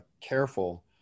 careful